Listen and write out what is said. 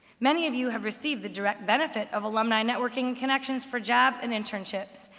many of you have received the direct benefit of alumni networking connections for jobs and internships.